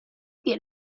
get